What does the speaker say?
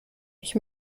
ich